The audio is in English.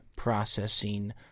processing